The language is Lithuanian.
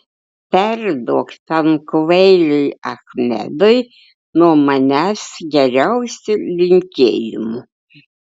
perduok tam kvailiui achmedui nuo manęs geriausių linkėjimų